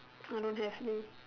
I don't have leh